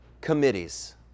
committees